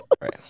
right